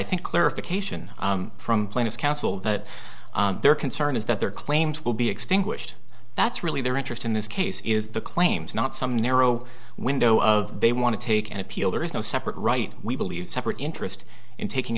think clarification from the plaintiff's counsel that their concern is that their claims will be extinguished that's really their interest in this case is the claims not some narrow window of they want to take an appeal there is no separate right we believe separate interest in taking